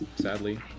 sadly